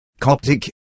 Coptic